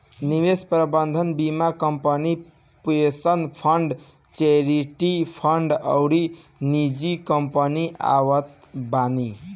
निवेश प्रबंधन बीमा company, pension fund, charity fund अउरी निजी कंपनी आवत बानी